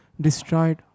destroyed